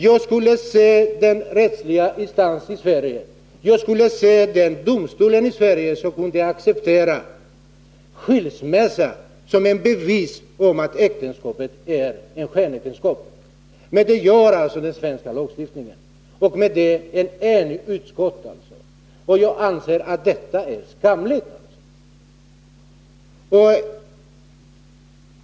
Jag skulle vilja se den rättsliga instans i Sverige, den domstol i Sverige, som kunde acceptera skilsmässa som ett bevis på att äktenskapet är ett skenäktenskap. Men det gör alltså utlänningslagen. Jag anser att detta är skamligt.